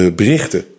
berichten